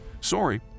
Sorry